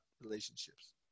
relationships